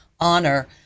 honor